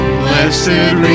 blessed